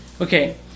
Okay